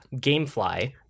gamefly